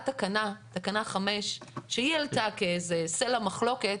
תקנה 5 שהיא עלתה כאיזה סלע מחלוקת,